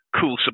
cool